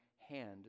hand